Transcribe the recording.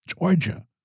Georgia